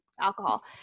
alcohol